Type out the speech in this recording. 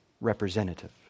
representative